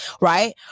right